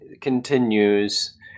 continues